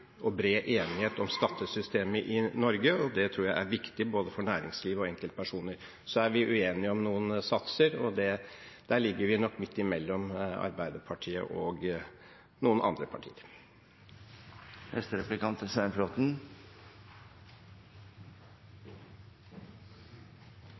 og bred enighet om skattesystemet i Norge, det tror jeg er viktig både for næringslivet og for enkeltpersoner. Så er vi uenige om noen satser, og der ligger vi nok midt imellom Arbeiderpartiet og noen andre partier.